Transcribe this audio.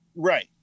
Right